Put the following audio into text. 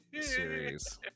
series